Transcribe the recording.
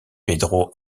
pedro